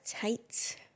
tight